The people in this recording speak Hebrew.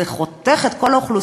זה חותך את כל האוכלוסיות,